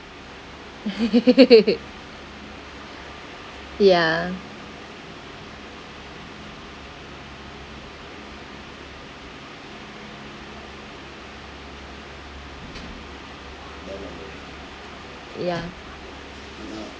ya ya